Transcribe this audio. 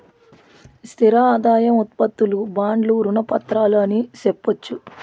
స్థిర ఆదాయం ఉత్పత్తులు బాండ్లు రుణ పత్రాలు అని సెప్పొచ్చు